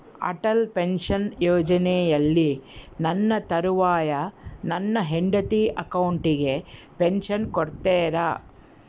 Atal pension ಯೋಜನೆಯಲ್ಲಿ ನನ್ನ ತರುವಾಯ ನನ್ನ ಹೆಂಡತಿ ಅಕೌಂಟಿಗೆ ಪೆನ್ಶನ್ ಕೊಡ್ತೇರಾ?